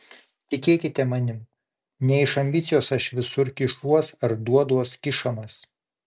tikėkite manim ne iš ambicijos aš visur kišuos ar duoduos kišamas